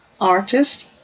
Artist